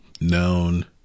known